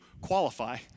qualify